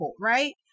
right